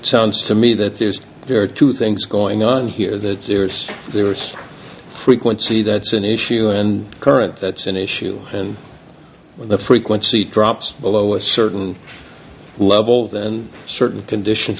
sounds to me that is there are two things going on here that there's frequency that's an issue and current that's an issue and when the frequency drops below a certain level then certain conditions